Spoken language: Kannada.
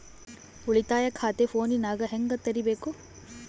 ಉಳಿತಾಯ ಖಾತೆ ಫೋನಿನಾಗ ಹೆಂಗ ತೆರಿಬೇಕು?